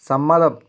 സമ്മതം